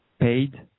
paid